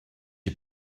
you